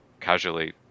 casually